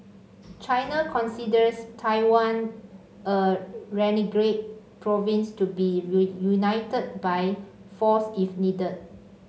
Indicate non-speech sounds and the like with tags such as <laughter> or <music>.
China considers Taiwan a renegade province to be <unintelligible> reunited by force if needed